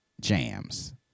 jams